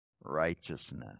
righteousness